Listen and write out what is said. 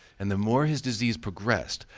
and the more his disease progressed,